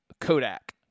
Kodak